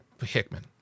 Hickman